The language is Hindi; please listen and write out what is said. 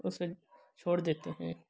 उसे छोड़ देते हैं